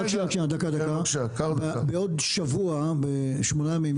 בעוד שמונה ימים,